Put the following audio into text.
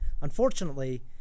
unfortunately